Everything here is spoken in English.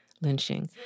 lynching